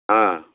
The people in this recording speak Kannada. ಹಾಂ